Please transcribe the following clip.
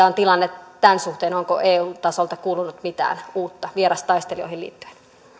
on tilanne tämän suhteen onko eu tasolta kuulunut mitään uutta vierastaistelijoihin liittyen